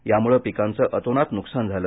यामुळे पिकांचं अतोनात नुकसान झालं